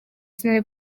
sinari